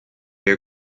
蛱蝶